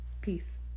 Peace